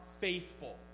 faithful